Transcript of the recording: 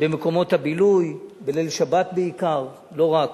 במקומות הבילוי, בליל שבת בעיקר, לא רק.